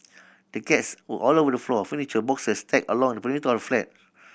the cats were all over the floor furniture and boxes stacked along the perimeter of the flat